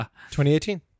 2018